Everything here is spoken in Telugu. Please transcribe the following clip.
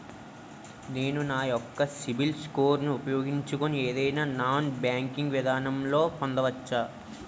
నేను నా యెక్క సిబిల్ స్కోర్ ను ఉపయోగించుకుని ఏదైనా నాన్ బ్యాంకింగ్ విధానం లొ లోన్ పొందవచ్చా?